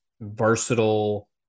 versatile